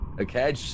okay